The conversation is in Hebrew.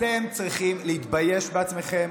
אתם צריכים להתבייש בעצמכם.